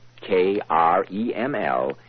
K-R-E-M-L